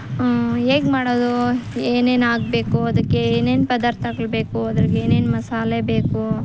ಹೇಗೆ ಮಾಡೋದು ಏನೇನು ಆಗಬೇಕು ಅದಕ್ಕೆ ಏನೇನು ಪದಾರ್ಥಗಳು ಬೇಕು ಅದ್ರಾಗೆ ಏನೇನು ಮಸಾಲೆ ಬೇಕು